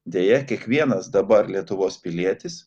deja kiekvienas dabar lietuvos pilietis